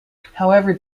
however